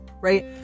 right